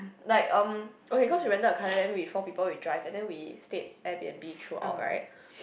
like um okay cause we rented a car there then we four people we drive and then we stayed Airbnb throughout right